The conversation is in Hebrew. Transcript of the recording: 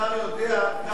השר יודע כמה ראש הממשלה,